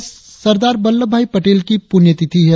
आज सरदार वल्लभ भाई पटेल की पुण्यतिथि है